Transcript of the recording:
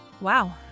Wow